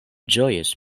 ĝojis